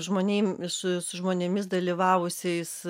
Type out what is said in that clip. žmonėm su žmonėmis dalyvavusiais